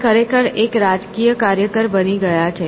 તે ખરેખર એક રાજકીય કાર્યકર બની ગયા છે